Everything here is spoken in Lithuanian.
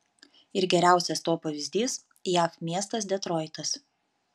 ir geriausias to pavyzdys jav miestas detroitas